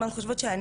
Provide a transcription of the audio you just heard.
אנחנו רואות.